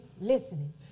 listening